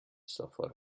suffer